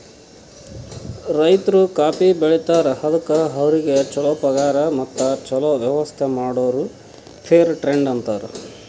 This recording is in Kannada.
ರೈತರು ಕಾಫಿ ಬೆಳಿತಾರ್ ಅದುಕ್ ಅವ್ರಿಗ ಛಲೋ ಪಗಾರ್ ಮತ್ತ ಛಲೋ ವ್ಯವಸ್ಥ ಮಾಡುರ್ ಫೇರ್ ಟ್ರೇಡ್ ಅಂತಾರ್